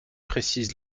précise